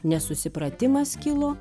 nesusipratimas kilo